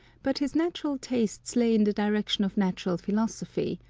but his natural tastes lay in the direction of natural philo sophy,